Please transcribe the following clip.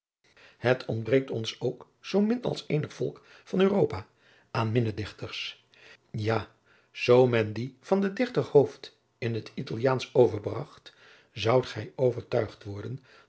het ontbreekt ons ook zoo min als eenig volk van europa aan minnedichters ja zoo men die van den dichter hooft in het italiaansch overbragt zoudt gij overtuigd worden